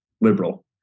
liberal